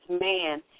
man